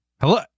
Hello